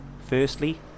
Firstly